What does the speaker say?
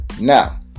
Now